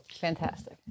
Fantastic